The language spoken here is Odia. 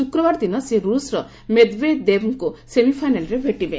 ଶୁକ୍ରବାର ଦିନ ସେ ରୁଷ୍ର ମେଦ୍ବେଦେବ୍ଙ୍କୁ ସେମିଫାଇନାଲ୍ରେ ଭେଟିବେ